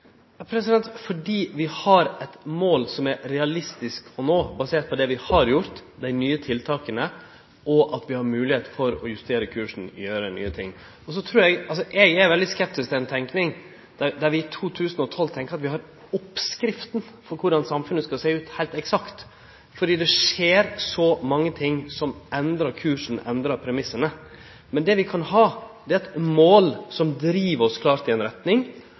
fordi vi har eit mål som er realistisk å nå – basert på det vi har gjort, dei nye tiltaka, og på at vi har moglegheit til å justere kursen og gjere nye ting. Eg er veldig skeptisk til ei tenking der vi i 2012 tenkjer at vi har oppskrifta på korleis samfunnet skal sjå ut, heilt eksakt. Det skjer så mange ting som endrar kursen og endrar premissane. Det vi kan ha, er eit mål som driv oss klart i ei retning,